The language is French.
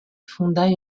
fonda